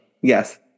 Yes